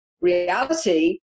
reality